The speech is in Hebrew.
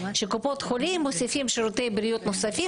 שקופות חולים מוסיפים שירותי בריאות נוספים,